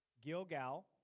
Gilgal